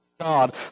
God